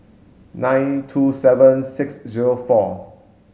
nine two seven six zero four